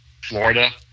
Florida